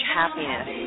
happiness